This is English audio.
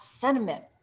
sentiment